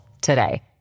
today